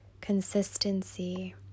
consistency